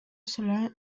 será